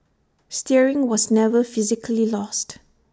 steering was never physically lost